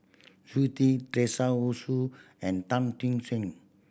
Yu tea Teresa Hsu and Tan ting sing